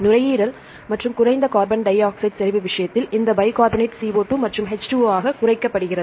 நுரையீரல் மற்றும் குறைந்த கார்பன் டை ஆக்சைடு செறிவு விஷயத்தில் இந்த பைகார்பனேட் CO2 மற்றும் H2O ஆக குறைக்கப்படுகிறது